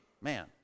Man